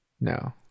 No